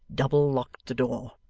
double-locked the door.